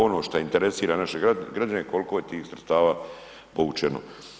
Ono što interesira naše građane koliko je tih sredstava povučeno.